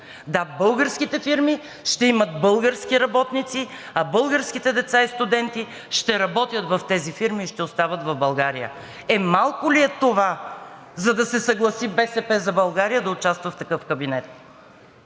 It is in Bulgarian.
Да, българските фирми ще имат български работници, а българските деца и студенти ще работят в тези фирми и ще остават в България. Е, малко ли е това, за да се съгласи „БСП за България“ да участва в такъв кабинет?!